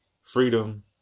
freedom